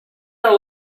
are